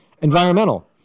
environmental